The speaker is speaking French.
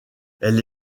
elle